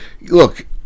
look